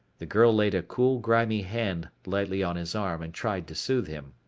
the girl laid a cool grimy hand lightly on his arm and tried to soothe him.